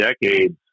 decades